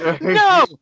no